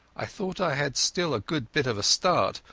i thought i had still a good bit of a start,